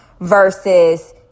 versus